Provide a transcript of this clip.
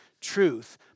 truth